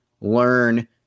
learn